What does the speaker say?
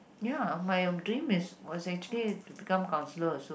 ya my dream is was actually to become counsellor also